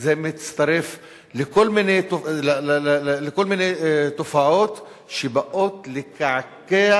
זה מצטרף לכל מיני תופעות שבאות לקעקע